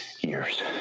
years